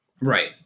Right